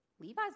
Levi's